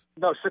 No